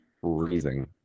freezing